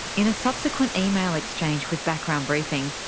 in a subsequent email exchange with background briefing,